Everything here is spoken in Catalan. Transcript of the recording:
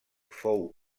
fou